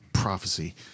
prophecy